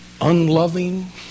unloving